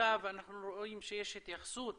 תעסוקה ואנחנו רואים שיש התייחסות